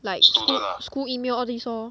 like sch~ school email all this lor